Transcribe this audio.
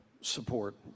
support